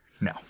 No